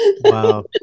Wow